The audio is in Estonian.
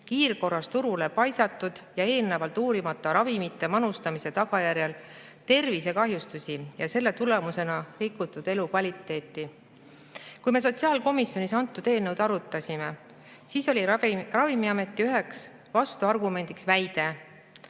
kiirkorras turule paisatud ja eelnevalt uurimata ravimite manustamise tagajärjel tervisekahjustusi, mis rikuks nende elukvaliteeti. Kui me sotsiaalkomisjonis antud eelnõu arutasime, siis oli Ravimiameti üheks vastuargumendiks väide,